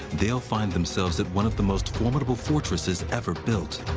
they'll find themselves at one of the most formidable fortresses ever built.